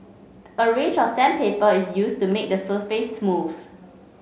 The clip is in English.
a range of sandpaper is used to made the surface smooth